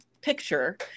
picture